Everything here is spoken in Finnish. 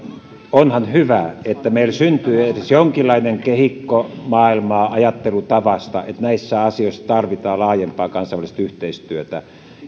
onhan hyvä että meille syntyy edes jonkinlainen kehikko maailmaan siitä ajattelutavasta että näissä asioissa tarvitaan laajempaa kansainvälistä yhteistyötä